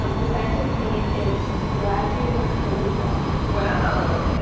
um the scientific name is pelagia noctiluca. well!